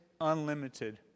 unlimited